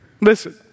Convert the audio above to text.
Listen